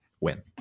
win